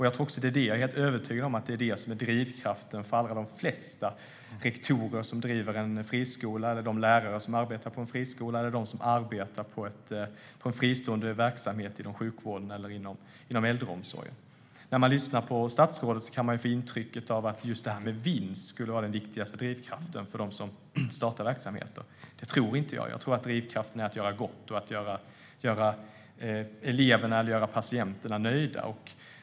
Jag är övertygad om att detta är drivkraften för de flesta rektorer och lärare på friskolor och för de flesta som arbetar i en fristående verksamhet inom sjukvård eller äldreomsorg. När man lyssnar på statsrådet kan man få intrycket att vinsten är den viktigaste drivkraften för dem som startar verksamheter. Det tror inte jag. Jag tror att drivkraften är att göra gott och att göra elever och patienter nöjda.